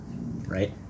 Right